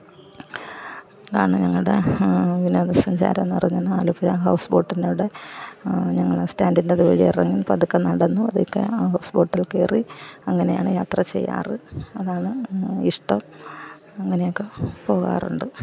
അതാണ് ഞങ്ങളുടെ വിനോദസഞ്ചാരം എന്ന് പറയുന്ന ആലപ്പുഴ ഹൗസ്ബോട്ടിൻ്റെ അവിടെ ഞങ്ങൾ സ്റ്റാൻറ്റിൻ്റെ അതുവഴി ഇറങ്ങി പതുക്കെ നടന്നു ഹൗസ്ബോട്ടിൽ കയറി അങ്ങനെയാണ് യാത്ര ചെയ്യാറ് അതാണ് ഇഷ്ടം അങ്ങനെയൊക്ക പോകാറുണ്ട്